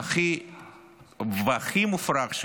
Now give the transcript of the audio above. והכי מופרך,